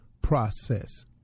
process